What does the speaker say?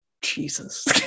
Jesus